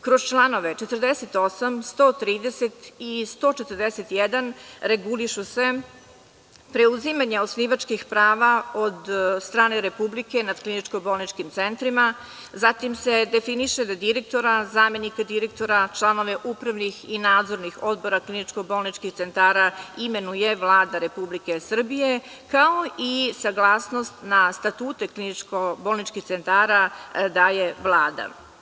Kroz članove 48, 130. i 141. regulišu se preuzimanje osnivačkih prava od strane Republike nad kliničko-bolničkim centrima, zatim se definiše da direktora, zamenika direktora, članove upravnih i nadzornih odbora kliničko-bolničkih centara imenuje Vlada Republike Srbije, kao i saglasnost na statute kliničko-bolničkih centara daje Vlada.